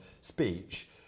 speech